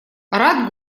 рад